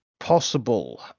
possible